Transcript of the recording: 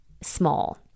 small